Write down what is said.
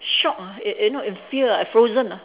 shock ah eh eh not in fear ah uh frozen ah